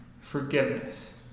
forgiveness